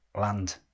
land